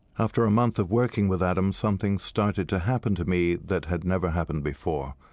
after a month of working with adam, something started to happen to me that had never happened before.